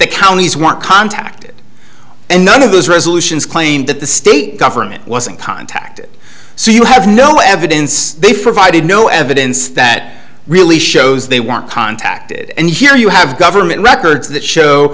the counties want contacted and none of those resolutions claimed that the state government wasn't contacted so you have no evidence they for vi did no evidence that really shows they weren't contacted and here you have government records that show